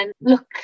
look